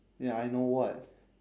ya I know what